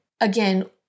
again